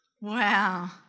Wow